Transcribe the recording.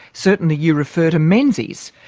certainly you refer to menzies,